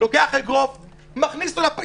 לוקח אגרוף מכניס לו לפנים,